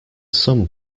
some